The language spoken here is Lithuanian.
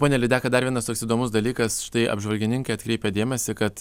pone lydeka dar vienas toks įdomus dalykas štai apžvalgininkai atkreipia dėmesį kad